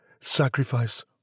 sacrifice